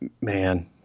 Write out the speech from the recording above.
man